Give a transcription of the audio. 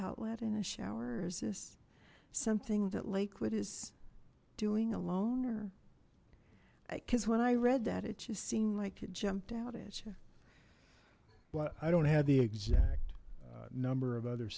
outlet in a shower is this something that lakewood is doing a loner because when i read that it just seemed like it jumped out at you well i don't have the exact number of other